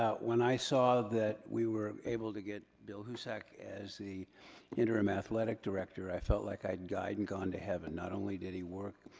when i saw that we were able to get bill husak as the interim athletic director, i felt like i had died and gone to heaven. not only did he work,